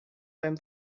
beim